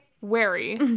wary